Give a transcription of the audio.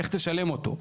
איך תשלם אותו.